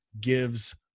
gives